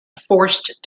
forced